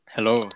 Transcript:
Hello